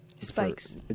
Spikes